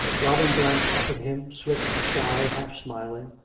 robin glanced up at him, swift and shy, half smiling,